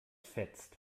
fetzt